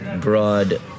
broad